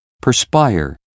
perspire